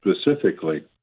specifically